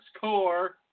core